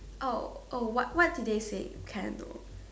oh oh what what did they say can I know